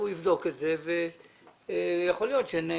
הוא יבדוק את זה ויכול להיות שנקרא